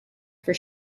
for